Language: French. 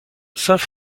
saints